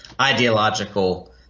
ideological